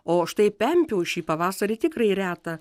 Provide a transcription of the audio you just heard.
o štai pempių šį pavasarį tikrai reta